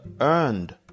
earned